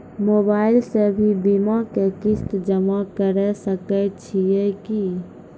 Mobile से भी बीमा के किस्त जमा करै सकैय छियै कि?